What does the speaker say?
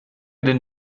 den